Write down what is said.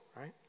right